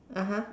(uh huh)